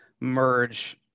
merge